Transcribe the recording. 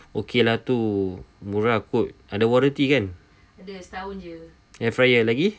okay lah tu murah kot ada warranty kan air fryer lagi